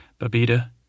Babita